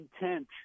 intent